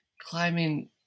climbing